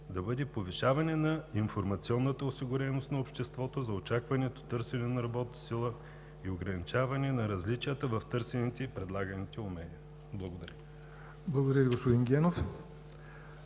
да бъде повишаване на информационната осигуреност на обществото за очакването, търсене на работна сила и ограничаване на различията в търсените и предлаганите умения. Благодаря. ПРЕДСЕДАТЕЛ ЯВОР